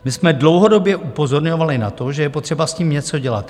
My jsme dlouhodobě upozorňovali na to, že je potřeba s tím něco dělat.